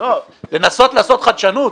לנסות לעשות חדשנות?